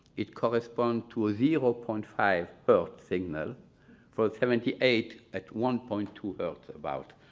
it correspond to zero point five hertz signal for seventy eight at one point two hertz about.